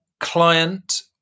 client